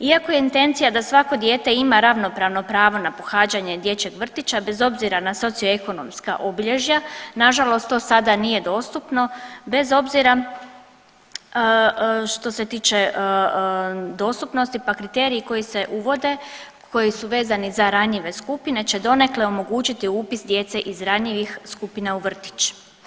Iako je intencija da svako dijete ima ravnopravno pravo na pohađanje dječjeg vrtića, bez obzira na socioekonomska obilježja, nažalost to sada nije dostupno bez obzira što se tiče dostupnosti, pa kriteriji koji se uvode, koji su vezani za ranjive skupine će donekle omogućiti upis djece iz ranjivih skupina u vrtić.